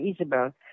Isabel